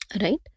Right